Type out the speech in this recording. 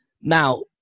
Now